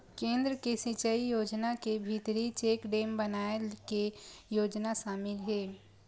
केन्द्र के सिचई योजना के भीतरी चेकडेम बनाए के योजना सामिल हे